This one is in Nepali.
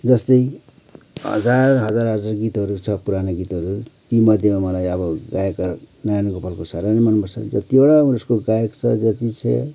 जस्तै हजार हजार हजार गीतहरू छ पुरानो गीतहरू ती मध्येमा मलाई अब गायककार नारायण गोपालको साह्रै नै मन पर्छ जतिवटा उसको गायक छ जति छ